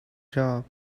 job